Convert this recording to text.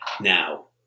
now